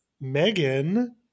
Megan